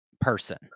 person